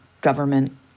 government